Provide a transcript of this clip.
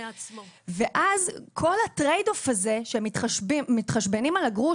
ואז כל הטרייד-אוף הזה שמתחשבנים על הגרוש